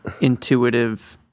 intuitive